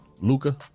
Luca